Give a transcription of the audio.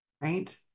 Right